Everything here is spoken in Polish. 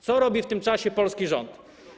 Co robi w tym czasie polski rząd?